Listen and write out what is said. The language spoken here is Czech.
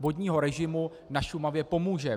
vodního režimu na Šumavě pomůže.